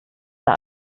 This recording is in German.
der